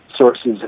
sources